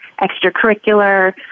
extracurricular